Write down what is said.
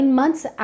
months